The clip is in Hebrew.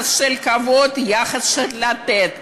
יחס של כבוד, יחס של לתת.